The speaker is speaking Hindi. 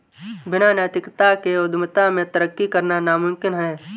बिना नैतिकता के उद्यमिता में तरक्की करना नामुमकिन है